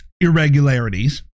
irregularities